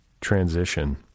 transition